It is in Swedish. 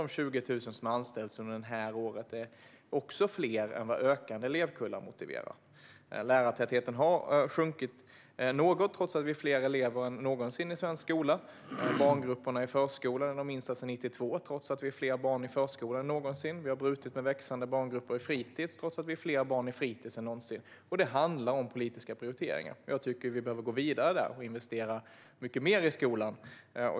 De 20 000 som har anställts under det här året är fler än vad ökade elevkullar motiverar. Lärartätheten har minskat något trots att det är fler elever än någonsin i svensk skola. Barngrupperna i förskolan har minskat sedan 1992 trots att det är fler barn i förskolan än någonsin. Vi har brutit med växande barngrupper på fritis trots att det är fler barn på fritis än någonsin. Det handlar om politiska prioriteringar. Jag tycker att vi behöver gå vidare där och investera mycket mer i skolan.